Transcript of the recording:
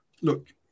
look